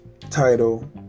title